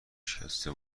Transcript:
شکسته